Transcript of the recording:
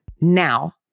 Now